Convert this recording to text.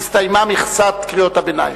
נסתיימה מכסת קריאות הביניים.